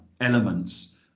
elements